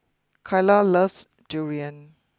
Kylah loves Durian